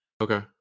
okay